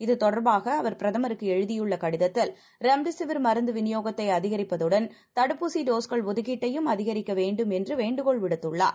இதுதொடர்பாகஅவர்பிரதமருக்குஎழுதியுள்ளகடிதத்தில்ரெம்டெசிவிர்மருந்து விநியோகத்தைஅதிகரிப்பதுடன் தடுப்பூசிடோஸ்கள்ஒதுக்கீட்டையும்அதிகரிக்கவேண்டும்என்றுவேண்டுகோ ள்விடுத்துள்ளார்